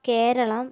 Keralam